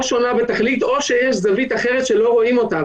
או שיש זווית אחרת שלא רואים אותה.